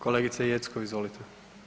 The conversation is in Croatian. Kolegice Jeckov, izvolite.